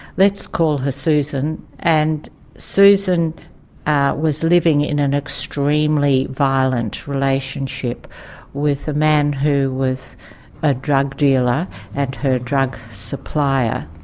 let's call her susan, and susan was living in an extremely violent relationship with a man who was a drug dealer and her drug supplier.